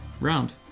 round